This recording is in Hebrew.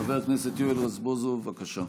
חבר הכנסת יואל רזבוזוב, בבקשה.